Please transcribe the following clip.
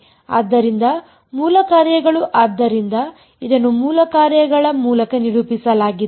ಆದ್ದರಿಂದ ಮೂಲ ಕಾರ್ಯಗಳು ಆದ್ದರಿಂದ ಇದನ್ನು ಮೂಲ ಕಾರ್ಯಗಳ ಮೂಲಕ ನಿರೂಪಿಸಲಾಗಿದೆ